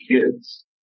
kids